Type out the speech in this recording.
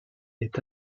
est